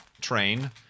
train